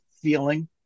feeling